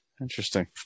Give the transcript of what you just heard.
Interesting